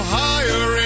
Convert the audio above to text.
higher